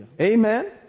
Amen